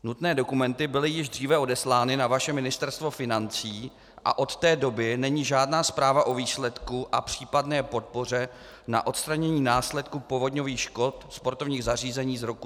Nutné dokumenty byly již dříve odeslány na vaše Ministerstvo financí a od té doby není žádná zpráva o výsledku a případné podpoře na odstranění následků povodňových škod sportovních zařízení z roku 2013.